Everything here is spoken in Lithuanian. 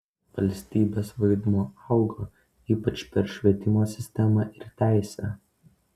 valstybės vaidmuo augo ypač per švietimo sistemą ir teisę